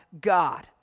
God